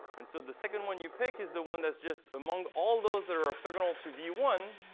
and so the second one you pick is the one that's just, among all those that are orthogonal to v one,